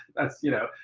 that's, you know,